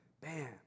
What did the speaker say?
bam